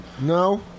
No